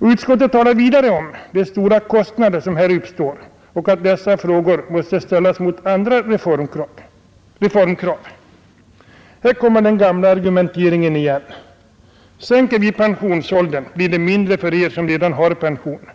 inte vill ha en sänkning av pensionsåldern. Utskottet talar vidare om de stora kostnader som skulle uppstå och att frågan om en sänkt pensionsålder måste ställas mot andra reformkrav. Här återkommer den gamla argumenteringen: sänker vi pensionsåldern blir det mindre pengar för er som redan har pension.